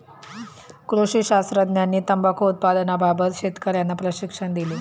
कृषी शास्त्रज्ञांनी तंबाखू उत्पादनाबाबत शेतकर्यांना प्रशिक्षण दिले